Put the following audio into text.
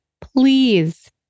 Please